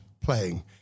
playing